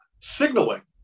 signaling